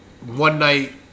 one-night